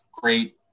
Great